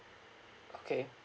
okay